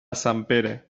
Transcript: sempere